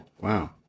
Wow